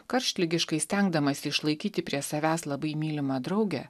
karštligiškai stengdamasi išlaikyti prie savęs labai mylimą draugę